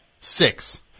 six